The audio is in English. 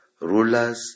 rulers